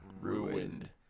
Ruined